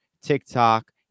TikTok